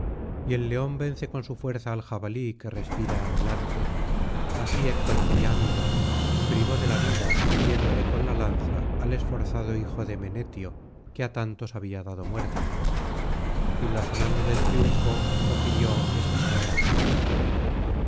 y el león vence con su fuerza al jabalí que respira anhelante así héctor priámida privó de la vida hiriéndole con la lanza al esforzado hijo de menetio que á tantos había dado muerte y blasonando del triunfo profirió estas aladas palabras